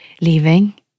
leaving